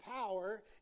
power